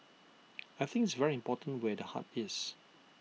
I think it's very important where the heart is